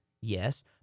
Yes